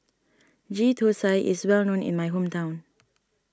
Ghee Thosai is well known in my hometown